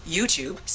YouTube